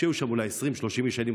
כשהיו שם אולי 20 30 איש,